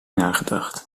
nagedacht